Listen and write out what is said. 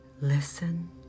listen